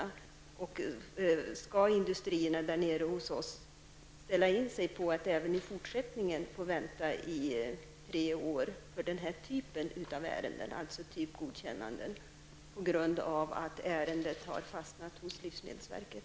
Skall våra industrier ställa in sig på att även i fortsättningen få vänta i tre år för den här typen av ärenden, dvs. sådana som gäller typgodkännanden, på grund av att ärendet har fastnat hos livsmedelsverket?